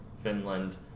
Finland